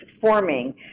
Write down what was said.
forming